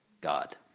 God